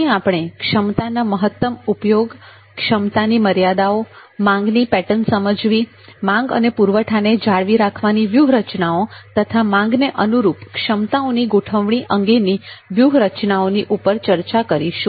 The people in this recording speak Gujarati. અહીં આપણે ક્ષમતાના મહત્તમ ઉપયોગ ક્ષમતાની મર્યાદાઓ માંગની પેટર્ન સમજવી માંગ અને પુરવઠાને જાળવી રાખવાની વ્યૂહરચનાઓ તથા માંગને અનુરૂપ ક્ષમતાઓની ગોઠવણી અંગેની વ્યૂહરચનાઓની ચર્ચા કરીશુ